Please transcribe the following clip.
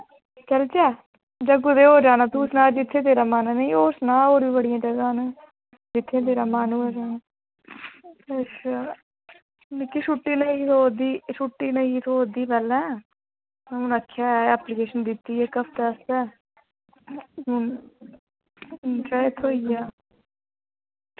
चलचै जां कुदै होर जाना तूं सना जित्थें तेरा मन निं होर सना और वी बड़ियां जगह न जित्थें तेरा मन होऐ जाने अच्छा मिगी छुट्टी नेईं थ्होआ दी छुट्टी निं थ्होआ दी पैह्लैं हून आक्खेआ ऐ एप्लीकेशन दित्ती इक हफ्ते आस्तै हून शायद थ्होई जा